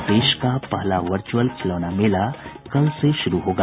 और देश का पहला वचुर्अल खिलौना मेला कल से शुरू होगा